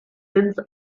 since